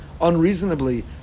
unreasonably